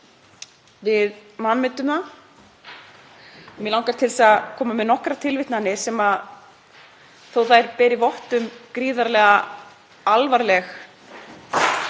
við vanmetum það. Mig langar til að koma með nokkrar tilvitnanir. Þó að þær beri vott um gríðarlega alvarleg